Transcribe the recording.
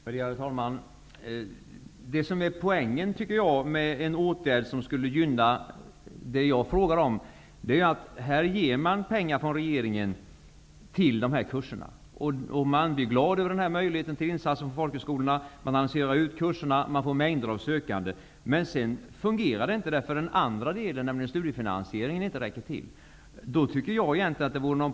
Värderade talman! Poängen med en åtgärd i den riktning som jag anger i min fråga är följande. Det är regeringen som ger pengar till dessa kurser, och folkhögskolorna blir i sin tur glada över denna möjlighet till insatser och annonserar ut kurserna, som man sedan får mängder av sökande till. Men sedan fungerar det inte, eftersom studiefinansieringen inte räcker till.